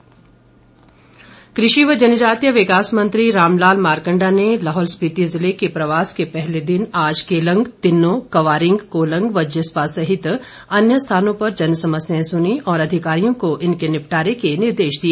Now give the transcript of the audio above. मारकंडा कृषि व जनजातीय विकास मंत्री रामलाल मारकंडा ने लाहौल स्पिति जिले के प्रवास के पहले दिन आज केलंग तिन्नो क्वारिंग कोलंग व जिस्पा सहित अन्य स्थानों पर जनसमस्याएं सुनीं और अधिकारियों को इनके निपटारे के निर्देश दिए